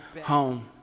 home